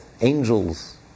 Angels